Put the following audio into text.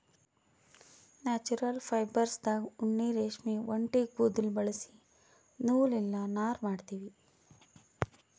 natural ಫೈಬರ್ಸ್ದಾಗ್ ಉಣ್ಣಿ ರೇಷ್ಮಿ ಒಂಟಿ ಕುದುಲ್ ಬಳಸಿ ನೂಲ್ ಇಲ್ಲ ನಾರ್ ಮಾಡ್ತೀವಿ